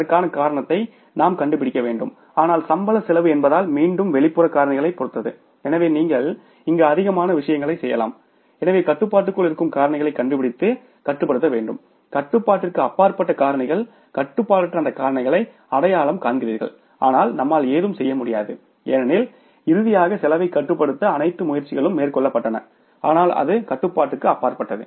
அதற்கான காரணத்தை நாம் கண்டுபிடிக்க வேண்டும் ஆனால் சம்பள செலவு என்பதால் மீண்டும் வெளிப்புற காரணிகளைப் பொறுத்தது எனவே நீங்கள் இங்கு அதிகமான விஷயங்களைச் செய்யலாம் எனவே கட்டுப்பாட்டுக்குள் இருக்கும் காரணிகளைக் கண்டுபிடித்து கட்டுப்படுத்த வேண்டும் கட்டுப்பாட்டிற்கு அப்பாற்பட்ட காரணிகள் கட்டுப்பாடற்ற அந்த காரணிகளை அடையாளம் காண்கிறீர்கள் ஆனால் நம்மால் எதுவும் செய்ய முடியாது ஏனெனில் இறுதியாக செலவைக் கட்டுப்படுத்த அனைத்து முயற்சிகளும் மேற்கொள்ளப்பட்டுள்ளன ஆனால் அது கட்டுப்பாட்டுக்கு அப்பாற்பட்டது